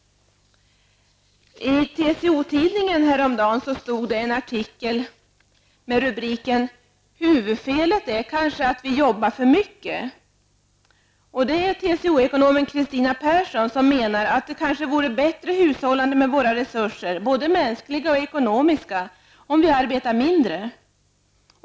I TCO-tidningen fanns det häromdagen en artikel med rubriken Huvudfelet är kanske att vi jobbar för mycket. Det är TCO-ekonomen Kristina Persson som menar att det kanske vore ett bättre hushållande med våra resurser -- både mänskliga och ekonomiska -- om vi arbetade mindre.